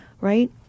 right